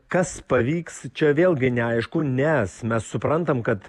kas pavyks čia vėlgi neaišku nes mes suprantam kad